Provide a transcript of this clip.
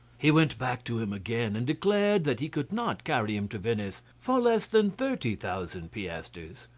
he went back to him again, and declared that he could not carry him to venice for less than thirty thousand piastres.